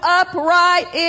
upright